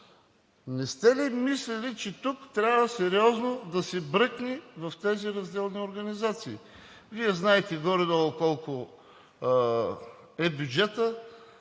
Не сте ли мислили, че тук трябва сериозно да се бръкне в разделните организации? Вие знаете горе-долу колко е бюджетът